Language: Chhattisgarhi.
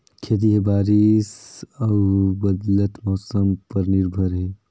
खेती ह बारिश अऊ बदलत मौसम पर निर्भर हे